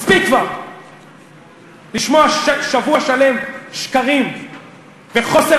מספיק כבר לשמוע שבוע שלם שקרים וחוסר